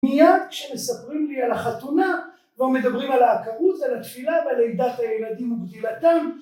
מיד כשמספרים לי על החתונה כבר מדברים על העקרות, ועל התפילה ועל לידת הילדים וגדילתם